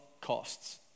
costs